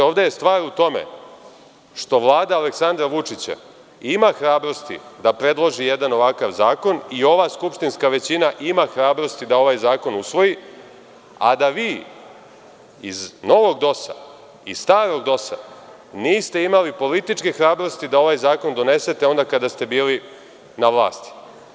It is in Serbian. Ovde je stvar u tome što Vlada Aleksandra Vučića ima hrabrosti da predloži jedan ovakav zakon i ova skupštinska većina ima hrabrosti da ovaj zakon usvoji, a da vi iz novog DOS, iz starog DOS, niste imali političke hrabrosti da ovaj zakon donesete onda kada ste bili na vlasti.